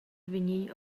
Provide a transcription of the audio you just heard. vegnir